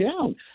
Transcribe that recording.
down